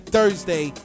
Thursday